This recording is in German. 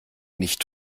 nicht